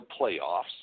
playoffs